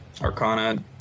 Arcana